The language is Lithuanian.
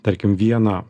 tarkim vieną